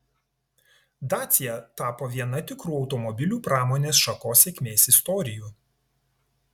dacia tapo viena tikrų automobilių pramonės šakos sėkmės istorijų